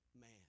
man